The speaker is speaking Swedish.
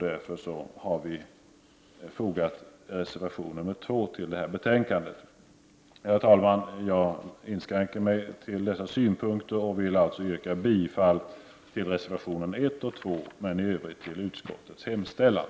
Därför har vi fogat en reservation till detta betänkande. Herr talman! Jag inskränker mig till dessa synpunkter och yrkar bifall till reservationerna 1 och 2 och i övrigt till utskottets hemställan.